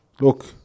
look